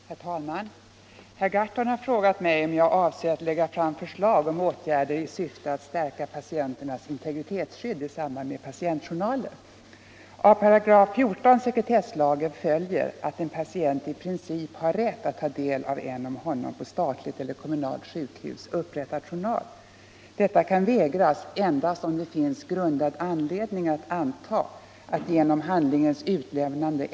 Herr talman! Herr Gahrton har frågat mig om jag avser att lägga fram förslag om åtgärder i syfte att stärka patienternas integritetsskydd i samband med patientjournaler. Av 145 sekretesslagen följer att en patient i princip har rätt att ta del av en om honom på statligt eller kommunalt sjukhus upprättad journal. Detta kan vägras endast om det finns grundad anledning att anta att genom handlingens utlämnande.